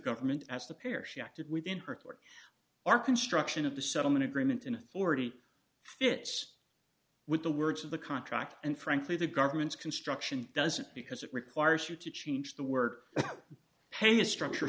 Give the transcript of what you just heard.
government as the pair she acted within her court are construction of the settlement agreement in authority fits with the words of the contract and frankly the government's construction doesn't because it requires you to change the word pay a structure